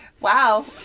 Wow